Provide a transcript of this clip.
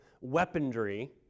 weaponry